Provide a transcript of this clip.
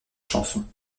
chanson